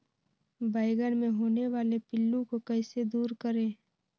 बैंगन मे होने वाले पिल्लू को कैसे दूर करें?